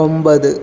ഒമ്പത്